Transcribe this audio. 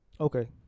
okay